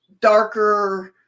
darker